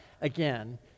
again